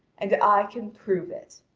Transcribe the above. and i can prove it.